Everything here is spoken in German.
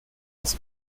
ist